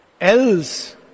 Else